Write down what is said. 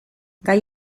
gai